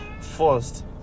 first